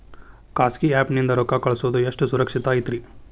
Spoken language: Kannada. ಖಾಸಗಿ ಆ್ಯಪ್ ನಿಂದ ರೊಕ್ಕ ಕಳ್ಸೋದು ಎಷ್ಟ ಸುರಕ್ಷತಾ ಐತ್ರಿ?